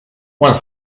one